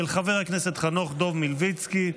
של חבר הכנסת חנוך דב מלביצקי,